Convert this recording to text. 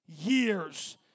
years